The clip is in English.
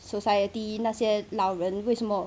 society 那些老人为什么